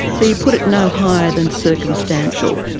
so you put it no higher than circumstantial?